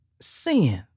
sin